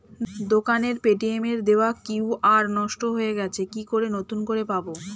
দোকানের পেটিএম এর দেওয়া কিউ.আর নষ্ট হয়ে গেছে কি করে নতুন করে পাবো?